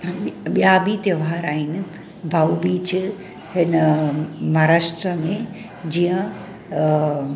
ॿिया बि त्योहार आहिनि भाऊ बीच हिन महाराष्ट्र में जीअं